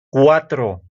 cuatro